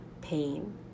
pain